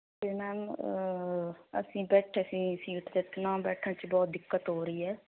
ਤੇ ਮੈਮ ਅਸੀਂ ਬੈਠੇ ਸੀ ਸੀਟ 'ਤੇ ਨਾ ਬੈਠਣ 'ਚ ਬਹੁਤ ਦਿੱਕਤ ਹੋ ਰਹੀ ਐ